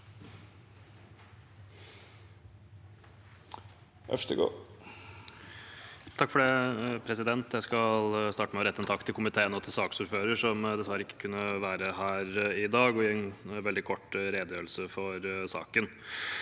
(komite- ens leder): Jeg skal starte med å rette en takk til komiteen og til saksordføreren, som dessverre ikke kunne være her i dag, og gi en veldig kort redegjørelse for saken.